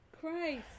christ